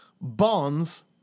bonds